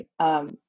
right